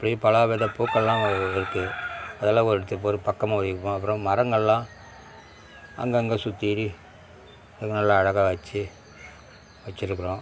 இப்படி பலவித பூக்களெல்லாம் இருக்குது அதெல்லாம் ஒரு ஒரு பக்கமாக வைப்போம் அப்புறம் மரங்களெல்லாம் அங்கேங்க சுத்தீரி அதை நல்லா அழகாக வச்சு வச்சுருக்குறோம்